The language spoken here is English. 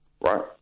right